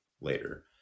later